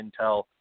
intel